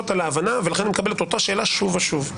על ההבנה ולכן אני מקבל את אותה שאלה שוב ושוב.